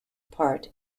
part